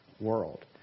world